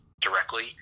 directly